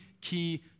key